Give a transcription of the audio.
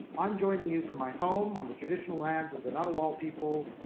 i'm joining you from my home, on the traditional lands of the ngunnawal people.